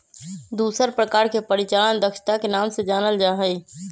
दूसर प्रकार के परिचालन दक्षता के नाम से जानल जा हई